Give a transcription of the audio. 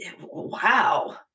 wow